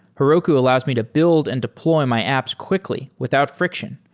heroku allows me to build and deploy my apps quickly without friction.